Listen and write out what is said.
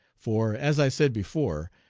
for, as i said before,